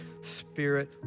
spirit